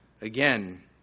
again